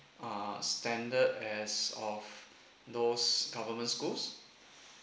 are standard as of those government schools